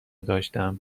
داشتم